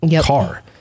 car